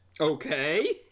Okay